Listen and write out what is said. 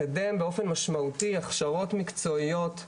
לקדם באופן משמעותי הכשרות מקצועיות,